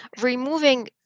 removing